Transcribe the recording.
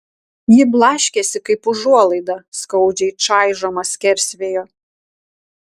ji blaškėsi kaip užuolaida skaudžiai čaižoma skersvėjo